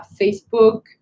Facebook